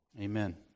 Amen